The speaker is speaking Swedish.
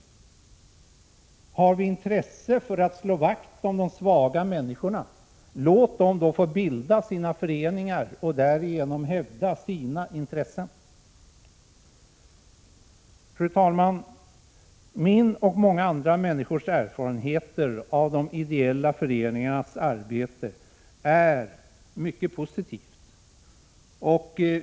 Om vi har intresse för att slå vakt om de svaga människorna bör vi låta dem bilda sina föreningar och därigenom hävda sina intressen. Fru talman! Mina och många andra människors erfarenheter av de ideella föreningarnas arbete är mycket positiva.